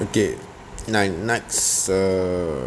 okay nine nights err